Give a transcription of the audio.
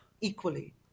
equally